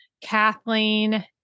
Kathleen